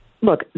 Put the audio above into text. look